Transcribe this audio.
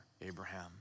Abraham